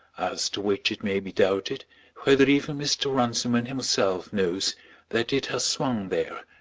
as to which it may be doubted whether even mr. runciman himself knows that it has swung there,